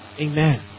amen